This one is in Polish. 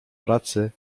pracy